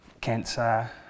cancer